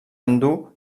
endur